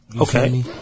Okay